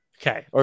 okay